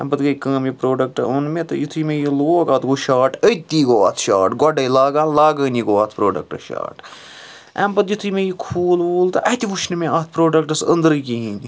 امہِ پَتہٕ گٔے کٲم ییٚلہِ یہِ پروڈَکٹ اوٚن مےٚ تہٕ یُتھٕے مےٚ یہِ لوگ اَتھ گوٚو شاٹ أتِی گوٚو اَتھ شاٹ گۄڈَے لاگان لاگانی گوٚو اَتھ پروڈَکٹَس شاٹ امہِ پَتہٕ یُتُھے مےٚ یہِ کھول وُول تہٕ اَتہِ وُچھ نہٕ مےٚ اَتھ پروڈَکٹَس انٛدرٕ کِہیٖنۍ